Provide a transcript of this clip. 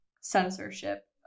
censorship